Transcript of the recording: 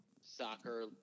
soccer